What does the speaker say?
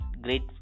great